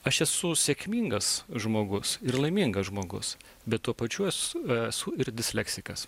aš esu sėkmingas žmogus ir laimingas žmogus bet tuo pačiu esu esu ir disleksikas